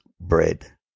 bread